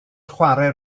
chwarae